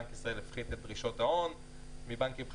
בנק ישראל הפחית את דרישות ההון מבנקים חדשים.